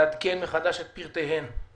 לעדכן מחדש את פרטיהם תוך חמישה ימים.